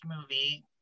movie